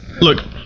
Look